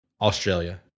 Australia